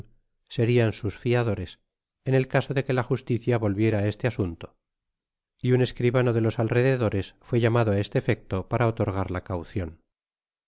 serian sus fiadores en el caso de que la justicia volviera i este asunto y un escribano de los alrededores fué llamado á este efecto para otorgar la caucion